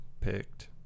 picked